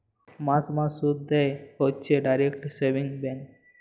মাস মাস শুধ দেয় হইছে ডিইরেক্ট সেভিংস ব্যাঙ্ক